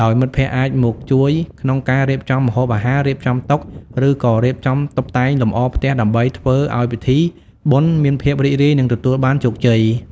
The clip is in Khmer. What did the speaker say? ដោយមិត្តភក្តិអាចមកជួយក្នុងការរៀបចំម្ហូបអាហារ រៀបចំតុ ឬក៏រៀបចំតុបតែងលម្អផ្ទះដើម្បីធ្វើឱ្យពិធីបុណ្យមានភាពរីករាយនិងទទួលបានជោគជ័យ។